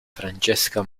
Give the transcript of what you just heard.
francesca